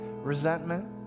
resentment